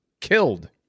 killed